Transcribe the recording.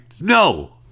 No